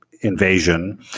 invasion